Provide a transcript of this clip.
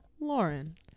Lauren